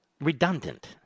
redundant